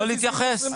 לא להתייחס.